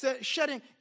Shedding